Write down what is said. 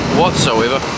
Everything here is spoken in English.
whatsoever